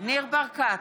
ניר ברקת,